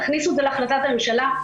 תכניסו את זה להחלטת הממשלה.